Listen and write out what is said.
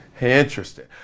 Interesting